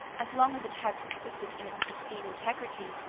as long as it had subsisted in its pristine integrity,